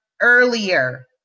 earlier